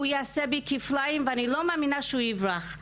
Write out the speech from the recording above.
הוא יעשה בי כפליים ואני לא מאמינה שהוא יברח.